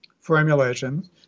formulations